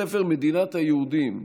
הספר "מדינת היהודים"